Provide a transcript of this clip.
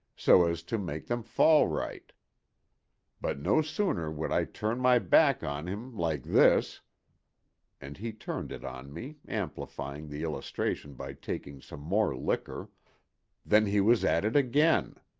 so as to make them fall right but no sooner would i turn my back on him, like this and he turned it on me, amplifying the illustration by taking some more liquor than he was at it again.